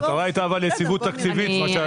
המטרה הייתה יציבות תקציבית, מה שלא קורה.